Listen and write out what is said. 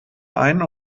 ein